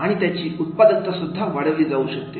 आणि त्याची उत्पादकता सुद्धा वाढली जाऊ शकते